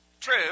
True